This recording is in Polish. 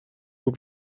było